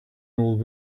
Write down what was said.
old